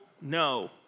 no